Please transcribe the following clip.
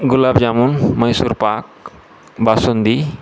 gulab jamun Mysore pak basundi